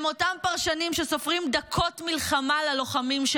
הם אותם פרשנים שסופרים דקות מלחמה ללוחמים.